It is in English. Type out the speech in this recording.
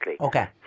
Okay